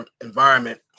environment